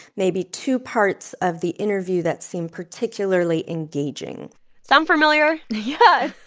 maybe two parts of the interview that seem particularly engaging sound familiar? yeah.